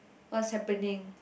what's happening